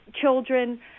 children